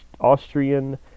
Austrian